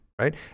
right